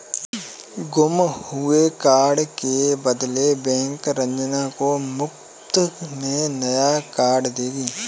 गुम हुए कार्ड के बदले बैंक रंजना को मुफ्त में नया कार्ड देगी